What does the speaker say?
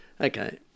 Okay